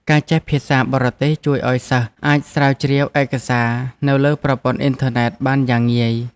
ការចេះភាសាបរទេសជួយឱ្យសិស្សអាចស្រាវជ្រាវឯកសារនៅលើប្រព័ន្ធអុីនធឺណិតបានយ៉ាងងាយ។